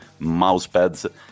mousepads